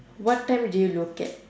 what time do you look at